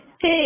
Hey